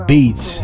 Beats